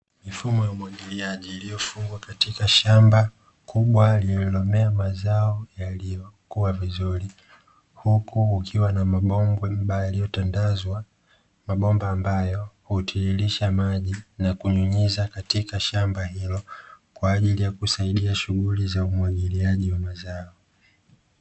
Mifumo ya umwagiliaji iliyofungwa katika shamba kubwa lililo mema mazao yaliyokuwa vizuri huku ukiwa na mabonde ambayo yaliyotandazwa, bomba ambayo hutiririsha maji na kunyunyiza katika shamba hilo kwa ajili ya kusaidia shughuli za umwagiliaji wa mazao.